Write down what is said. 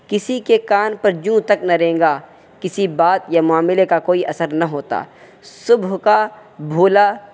کسی کے کان پر جوں تک نہ رینگا کسی بات یا معاملے کا کوئی اثر نہ ہوتا صبح کا بھولا